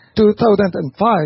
2005